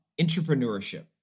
Entrepreneurship